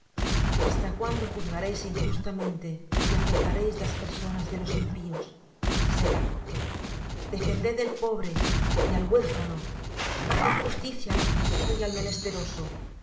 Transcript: hasta cuándo juzgaréis injustamente y aceptaréis las personas de los impíos selah defended al pobre y al huérfano haced justicia al afligido y al menesteroso librad